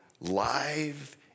live